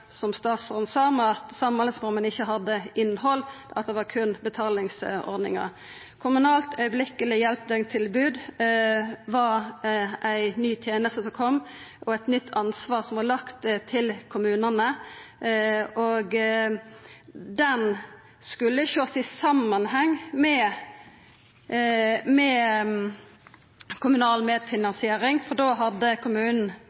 som statsråden sa om at samhandlingsreforma ikkje hadde innhald, at det berre var betalingsordninga. Kommunalt strakshjelp døgntilbod var ei ny teneste som kom, eit nytt ansvar som vart lagt til kommunane og skulle sjåast i samanheng med kommunal